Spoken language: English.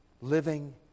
living